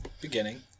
Beginning